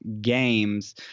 games